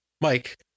Mike